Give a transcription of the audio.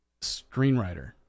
screenwriter